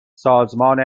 سازمان